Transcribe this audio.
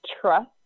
trust